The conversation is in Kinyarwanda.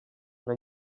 nka